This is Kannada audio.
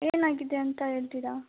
ಏನಾಗಿದೆ ಅಂತ ಹೇಳ್ತೀರಾ